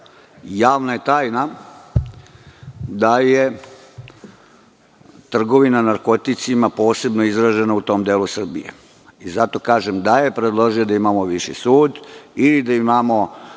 Javna je tajna da je trgovina narkoticima posebno izražena u tom delu Srbije. Zato kažem, da je predložio da imamo viši sud, ili da imamo